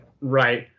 Right